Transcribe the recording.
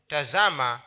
Tazama